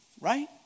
Right